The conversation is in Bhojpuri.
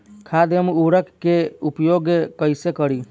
खाद व उर्वरक के उपयोग कइसे करी?